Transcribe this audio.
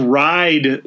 ride